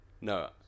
no